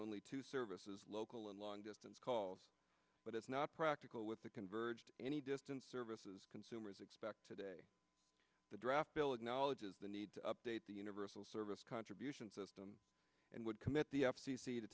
only two services local and long distance calls but it's not practical with the converged any distance services consumers expect today the draft bill acknowledges the need to update the universal service contribution system and would commit the f